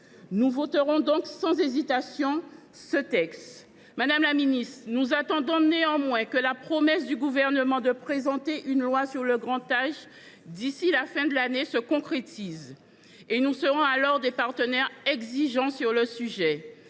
Nous voterons donc sans hésitation ce texte. Madame la ministre, nous attendons néanmoins que la promesse du Gouvernement de présenter une loi sur le grand âge d’ici à la fin de l’année se concrétise, et nous serons alors des partenaires exigeants sur le sujet.